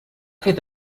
fet